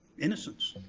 innocence.